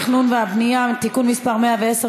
והבנייה (תיקון מס' 110,